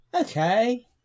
Okay